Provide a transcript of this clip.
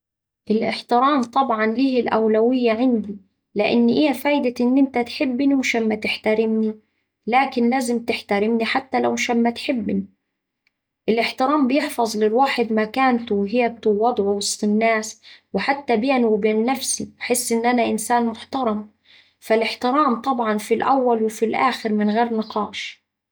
الاحترام طبعا ليه الأولوية عندي لإن إيه فايدة إن إنت تحبني ومش أما تحترمني، لكن لازم تحترمني حتى لو مش أما تحبني. الاحترام بيحفظ للواحد مكانته وهيبته ووضعه وسط الناس وحتى بيني وبين نفسي أحس إني إنسان محترم، فالاحترام طبعا في الأول وفي الآخر من غير نقاش